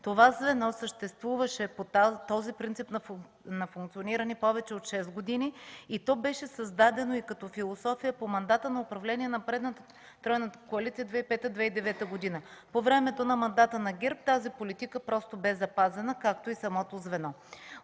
Това звено съществува по този принцип на функциониране повече от шест години, то беше създадено и като философия при мандата на управление на тройната коалиция 2005 2009 г. По време на мандата на ГЕРБ тази политика бе запазена, както и самото звено.